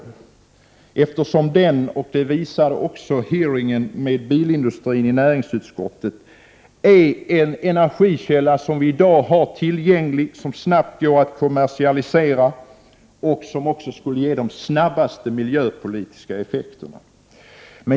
Det framkom också vid den hearing med bilindustrin som anordnades av näringsutskottet att etanol är en energikälla som i dag finns tillgänglig, som snabbt går att kommersialisera och som skulle ge de snabbaste miljöpolitiska effekterna.